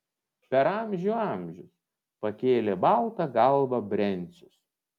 per amžių amžius pakėlė baltą galvą brencius